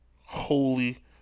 holy